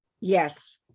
Yes